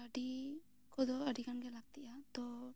ᱠᱟᱹᱣᱰᱤ ᱠᱚᱫᱚ ᱟᱹᱰᱤ ᱜᱟᱱ ᱜᱟᱱ ᱞᱟᱹᱠᱛᱤᱜᱼᱟ ᱛᱚ